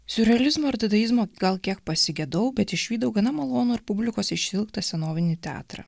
siurrealizmo ir dadaizmo gal kiek pasigedau bet išvydau gana malonų ir publikos išsiilgtą senovinį teatrą